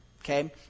okay